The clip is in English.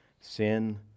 Sin